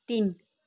तिन